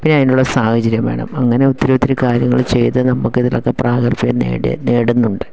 പിന്നെ അതിനുള്ള സാഹചര്യം വേണം അങ്ങനെ ഒത്തിരി ഒത്തിരി കാര്യങ്ങള് ചെയ്ത് നമുക്കതിലൊക്കെ പ്രാഗല്ഭ്യം നേടി നേടുന്നുണ്ട്